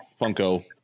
Funko